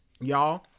y'all